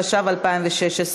התשע"ו 2016,